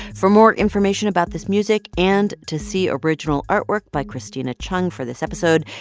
for more information about this music and to see original artwork by cristina chung for this episode,